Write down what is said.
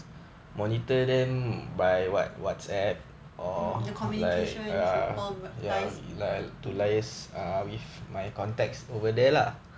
the communications and liaise